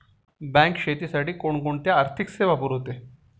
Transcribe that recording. Bank शेतीसाठी कोणकोणत्या आर्थिक सेवा पुरवते?